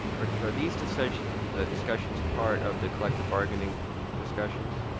are are these discussions discussions part of the collective bargaining discussions?